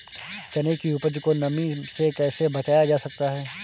चने की उपज को नमी से कैसे बचाया जा सकता है?